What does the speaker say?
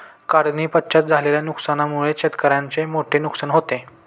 काढणीपश्चात झालेल्या नुकसानीमुळे शेतकऱ्याचे मोठे नुकसान होते